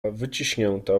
wyciśnięta